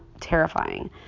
terrifying